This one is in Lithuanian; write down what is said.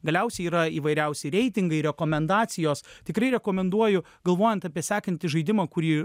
galiausiai yra įvairiausi reitingai rekomendacijos tikrai rekomenduoju galvojant apie sekantį žaidimą kurį